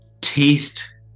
taste